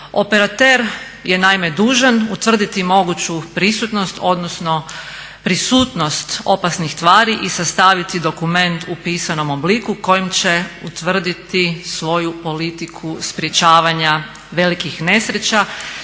Operater je naime dužan utvrditi moguću prisutnost odnosno prisutnost opasnih stvari i sastaviti dokument u pisanom obliku kojim će utvrditi svoju politiku sprječavanja velikih nesreća